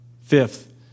Fifth